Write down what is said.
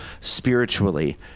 spiritually